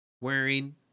wearing